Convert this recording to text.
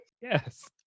yes